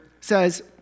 says